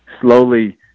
slowly